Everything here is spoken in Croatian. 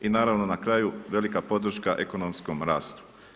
I naravno na kraju, velika podrška ekonomskom rastu.